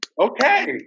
okay